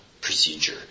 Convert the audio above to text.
procedure